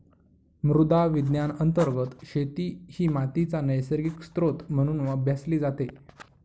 मृदा विज्ञान अंतर्गत शेती ही मातीचा नैसर्गिक स्त्रोत म्हणून अभ्यासली जाते